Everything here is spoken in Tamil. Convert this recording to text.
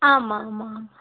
ஆமாம் ஆமாம் ஆமாம்